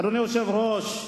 אדוני היושב-ראש,